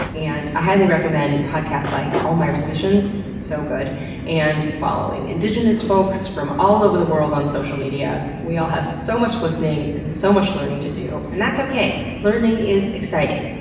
and i highly recommend podcasts like all my relations it's so good and following indigenous folks from all over the world on social media. we all have so much listening and so much learning to do, and that's okay. learning is exciting.